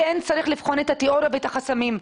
צריך לבחון את התאוריה ואת החסמים.